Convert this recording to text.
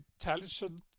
intelligent